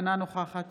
אינה נוכחת